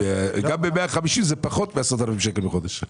גם ב-150 זה פחות מ-10,000 שקל בחודש.